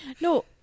No